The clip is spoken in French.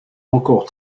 encore